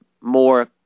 more